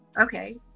Okay